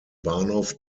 bahnhof